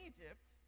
Egypt